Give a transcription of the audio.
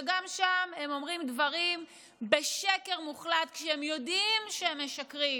שגם שם הם אומרים דברים בשקר מוחלט כשהם יודעים שהם משקרים.